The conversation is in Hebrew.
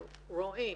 רואים